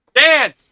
Dan